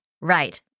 Right